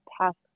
past